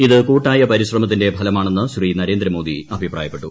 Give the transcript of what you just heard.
ഇത് കൂട്ടായ പരിശ്രമത്തിന്റെ ഫലമാണെന്ന് ശ്രീ നരേന്ദ്രമോദി അഭിപ്രായപ്പെട്ടു